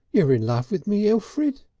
you're in love with me, elfrid?